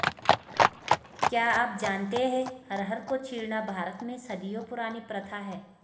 क्या आप जानते है अरहर को छीलना भारत में सदियों पुरानी प्रथा है?